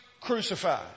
crucified